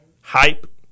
Hype